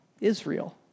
Israel